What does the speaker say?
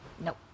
Nope